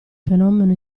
fenomeno